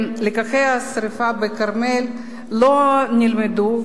לקחי השרפה בכרמל לא נלמדו,